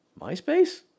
MySpace